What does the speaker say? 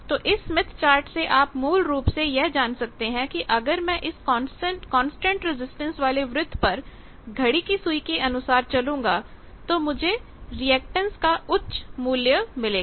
तो इस Smith chart से आप मूल रूप से यह जान सकते हैं अगर मैं इस कांस्टेंट रजिस्टेंस वाले वृत्त पर घड़ी की सुई के अनुसार चलूंगा तो मुझे रिएक्टेंस का उच्च मूल्य मिलेगा